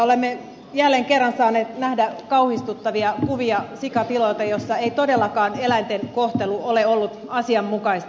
olemme jälleen kerran saaneet nähdä kauhistuttavia kuvia sikatiloilta joissa ei todellakaan eläinten kohtelu ole ollut asianmukaista